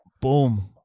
boom